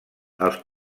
els